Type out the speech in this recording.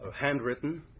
handwritten